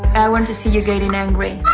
want to see you getting angry.